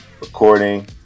recording